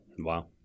Wow